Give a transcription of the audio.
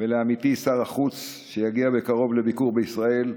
ולעמיתי שר החוץ, שיגיע בקרוב לביקור בישראל,